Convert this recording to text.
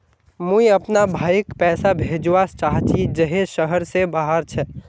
मुई अपना भाईक पैसा भेजवा चहची जहें शहर से बहार छे